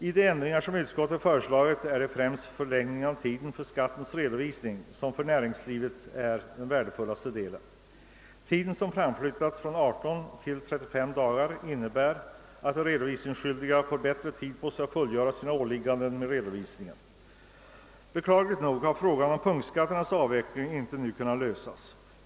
Av de ändringar som utskottet föreslagit är främst förlängningen av tiden för skattens redovisning värdefull för näringslivet. Tidsförlängningen från 18 till 35 dagar innebär, att de redovisningsskyldiga får bättre tid på sig att fullgöra sina åligganden i samband med redovisningen. Beklagligt nog har frågan om punktskatternas avveckling ännu inte kunnat lösas.